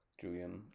Julian